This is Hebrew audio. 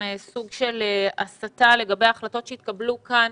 סוג של הסתה לגבי החלטות שהתקבלו כאן